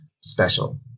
special